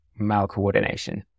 malcoordination